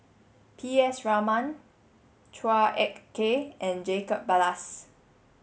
P S Raman Chua Ek Kay and Jacob Ballas